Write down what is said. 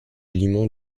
limon